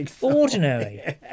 ordinary